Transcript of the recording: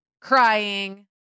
crying